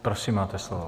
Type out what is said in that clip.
Prosím, máte slovo.